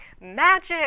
magic